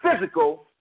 physical